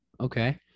okay